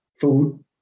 food